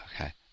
Okay